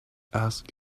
ask